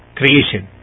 creation